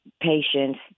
patients